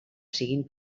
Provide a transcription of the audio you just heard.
siguen